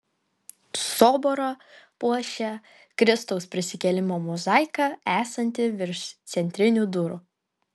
soborą puošia kristaus prisikėlimo mozaika esanti virš centrinių durų